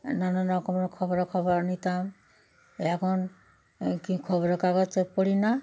নানান রকমের খবরাখবর নিতাম এখন কি খবরের কাগজ পড়ি না